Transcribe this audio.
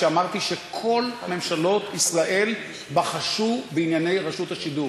כשאמרתי שכל ממשלות ישראל בחשו בענייני רשות השידור.